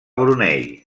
brunei